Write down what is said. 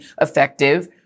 effective